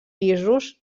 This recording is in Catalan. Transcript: pisos